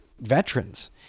veterans